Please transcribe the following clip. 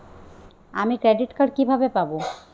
আমি credit card কিভাবে পাবো?